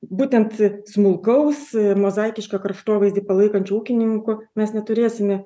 būtent smulkaus mozaikišką kraštovaizdį palaikančių ūkininkų mes neturėsime